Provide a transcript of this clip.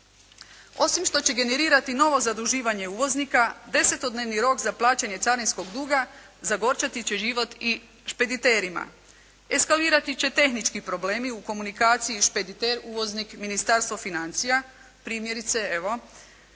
Osim što će generirati novo zaduživanje uvoznika 10-dnevni rok za plaćanje carinskog duga zagorčati će život i špediterima. Eskalirati će tehnički problemi u komunikaciji špediter, uvoznik, Ministarstvo financija. Primjerice evo